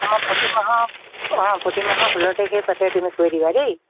আমাৰ প্ৰতিমাহৰ অঁ প্ৰতিমাহৰ ষোল্ল তাৰিখে পাতে তুমি কৈ দিবা দেই